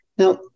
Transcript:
Now